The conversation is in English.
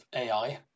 AI